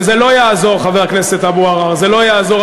וזה לא יעזור, חבר הכנסת אבו עראר, זה לא יעזור.